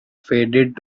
faded